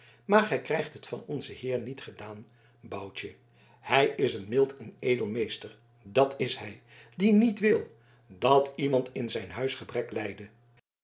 maar gij krijgt het van onzen heer niet gedaan boutje hij is een mild en edel meester dat is hij die niet wil dat iemand in zijn huis gebrek lijde